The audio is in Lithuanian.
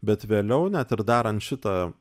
bet vėliau net ir darant šitą